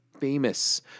famous